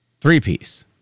Three-piece